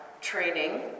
training